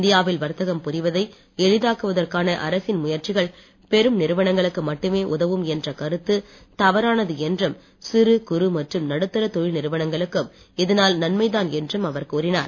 இந்தியாவில் வர்த்தகம் புரிவதை எளிதாக்குவதற்கான அரசின் முயற்சிகள் பெரும் நிறுவனங்களுக்கு மட்டுமே உதவும் என்ற கருத்து தவறானது என்றும் சிறு குறு மற்றும நடுத்தரத் தொழில் நிறுவனங்களுக்கும் இதனால் நன்மைதான் என்றும் அவர் கூறினார்